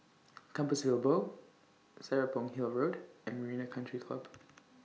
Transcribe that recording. Compassvale Bow Serapong Hill Road and Marina Country Club